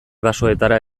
basoetara